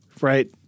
right